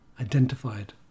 identified